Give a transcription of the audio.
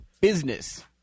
Business